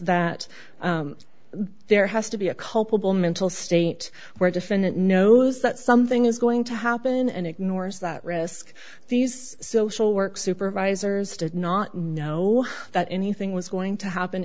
that there has to be a culpable mental state where a defendant knows that something is going to happen and ignores that risk these social work supervisors did not know that anything was going to happen